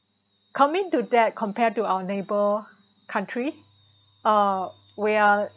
coming to that compared to our neighbor country uh we are